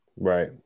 Right